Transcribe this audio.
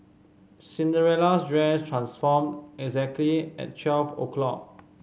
Cinderella's dress transformed exactly at twelve o'clock